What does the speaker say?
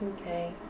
okay